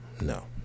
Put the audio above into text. No